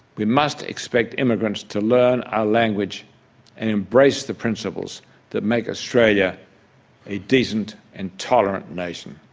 we must expect immigrants to learn our language and embrace the principles that make australia a decent and tolerant nation.